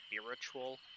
spiritual